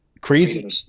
crazy